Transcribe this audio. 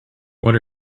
what